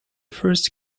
first